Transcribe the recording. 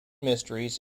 mysteries